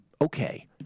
Okay